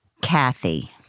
Kathy